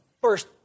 first